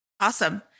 Awesome